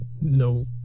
no –